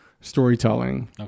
storytelling